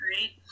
Right